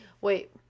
Wait